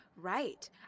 Right